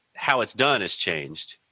how it's done has changed